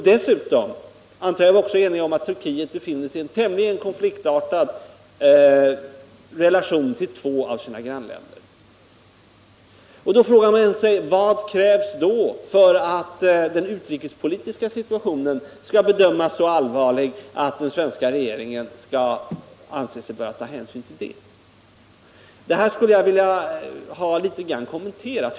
Dessutom antar jag att vi också är eniga om att Turkiet befinner sig i en tämligen konfliktartad relation till två av sina grannländer. Då frågar man sig: Vad krävs för att den utrikespolitiska situationen skall bedömas som så allvarlig att den svenska regeringen skall anse sig böra ta hänsyn till detta? Det skulle jag vilja ha något kommenterat.